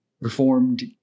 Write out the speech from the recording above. reformed